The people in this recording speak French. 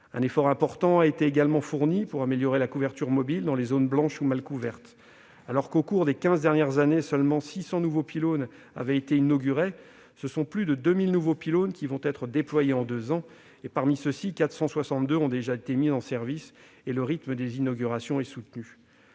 Un effort important a également été fourni pour améliorer la couverture mobile dans les zones blanches ou mal couvertes. Alors qu'au cours des quinze dernières années, seulement 600 nouveaux pylônes avaient été inaugurés, ce sont plus de 2 000 nouveaux pylônes qui vont être déployés en deux ans. Parmi ceux-ci, 462 ont déjà été mis en service, et le rythme des inaugurations est soutenu.